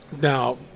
now